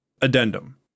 Addendum